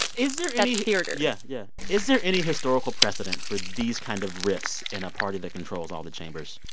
is there any. that's theater yeah, yeah. is there any historical precedent for these kind of rifts in a party that controls all the chambers?